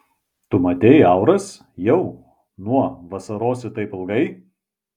tu matei auras jau nuo vasarosi taip ilgai